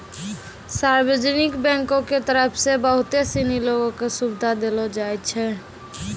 सार्वजनिक बैंको के तरफ से बहुते सिनी लोगो क सुविधा देलो जाय छै